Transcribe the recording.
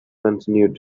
continued